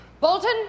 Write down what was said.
Bolton